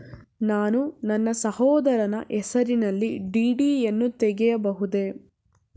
ನಾನು ನನ್ನ ಸಹೋದರನ ಹೆಸರಿನಲ್ಲಿ ಡಿ.ಡಿ ಯನ್ನು ತೆಗೆಯಬಹುದೇ?